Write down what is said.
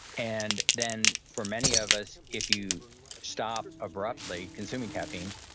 and then, for many of us, if you stop abruptly consuming caffeine,